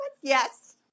yes